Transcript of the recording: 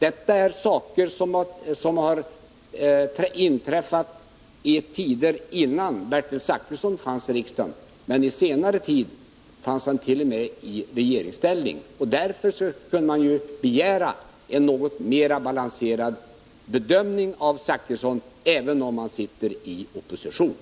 Detta är saker som har inträffat innan Bertil Zachrisson var i riksdagen. Men under senare tid fanns han t.o.m. i regeringen, och därför kunde man ju begära en något mera balanserad bedömning från Bertil Zachrissons sida, även om han nu är i opposition.